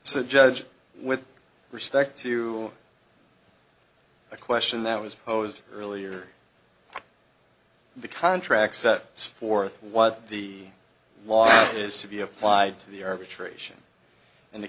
so judge with respect to a question that was posed earlier the contract sets forth what the law is to be applied to the arbitration and the